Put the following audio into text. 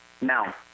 Now